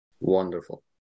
wonderful